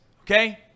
okay